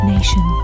Nation